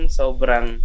sobrang